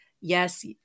Yes